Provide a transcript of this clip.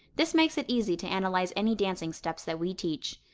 this makes it easy to analyze any dancing steps that we teach.